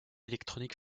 électronique